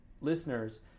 listeners